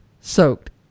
soaked